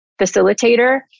facilitator